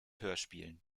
hörspielen